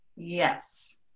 Yes